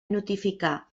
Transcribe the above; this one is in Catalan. notificar